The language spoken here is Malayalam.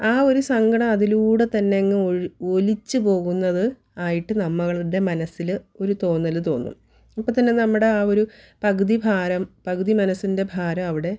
ആ ഒരു സങ്കടം അതിലൂടെ തന്നങ്ങ് ഒലിച്ച് പോകുന്നത് ആയിട്ട് നമ്മളുടെ മനസ്സിൽ ഒരു തോന്നൽ തോന്നും ഇപ്പം തന്നെ നമ്മുടെ ആ ഒരു പകുതി ഭാരം പകുതി മനസ്സിൻ്റെ ഭാരം അവിടെ